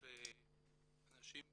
אנשים מכובדים,